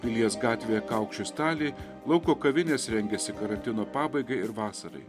pilies gatvėje kaukši staliai lauko kavinės rengiasi karantino pabaiga ir vasarai